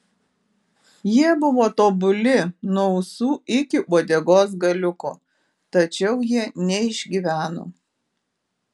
jie buvo tobuli nuo ausų iki uodegos galiuko tačiau jie neišgyveno